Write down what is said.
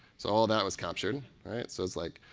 so all that was captured. so it's like,